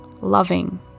loving